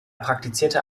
praktizierte